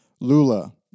Lula